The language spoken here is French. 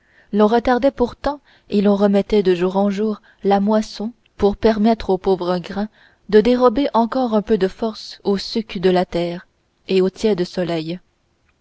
l'on retardait pourtant et l'on remettait de jour en jour la moisson pour permettre au pauvre grain de dérober encore un peu de force aux sucs de la terre et au tiède soleil